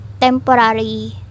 temporary